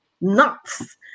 nuts